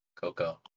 Coco